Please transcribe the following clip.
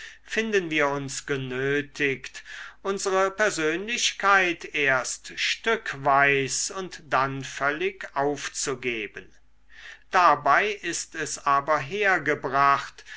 finden wir uns genötigt unsere persönlichkeit erst stückweis und dann völlig aufzugeben dabei ist es aber hergebracht